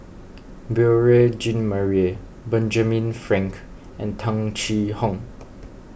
Beurel Jean Marie Benjamin Frank and Tung Chye Hong